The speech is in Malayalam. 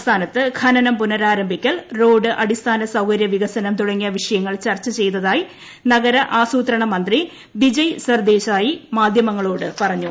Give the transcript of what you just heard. സംസ്ഥാനത്ത് ഖനനം പുനരാരംഭിക്കൽ റോഡ് അടിസ്ഥാന സൌകര്യ വികസനം തുടങ്ങിയ വിഷയങ്ങൾ ചർച്ചചെയ്തതായി നഗര ആസൂത്രണ മന്ത്രി വിജയ് സർദേശായി മാധ്യമങ്ങളോട് പറഞ്ഞു